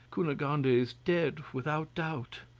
cunegonde is dead without doubt,